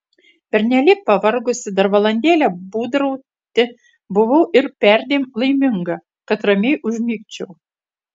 pernelyg pavargusi dar valandėlę būdrauti buvau ir perdėm laiminga kad ramiai užmigčiau